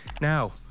Now